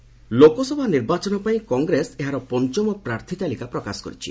Congress fifth list Lok Sabha ନିର୍ବାଚନ ପାଇଁ କଂଗ୍ରେସ ଏହାର ପଞ୍ଚମ ପ୍ରାର୍ଥୀ ତାଲିକା ପ୍ରକାଶ କରିଛି